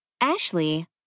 Ashley